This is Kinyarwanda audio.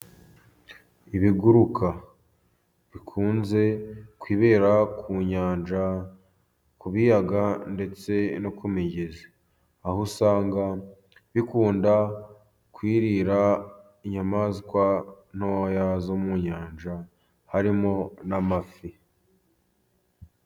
Ibiguruka bikunze kwibera ku nyanja, ku biyaga, ndetse no ku migezi. Aho usanga bikunda kwirira inyamaswa ntoya zo mu nyanja, harimo n'amafi.